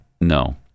no